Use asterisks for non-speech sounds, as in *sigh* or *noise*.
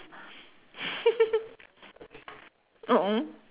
*laughs* *noise*